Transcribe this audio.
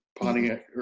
Pontiac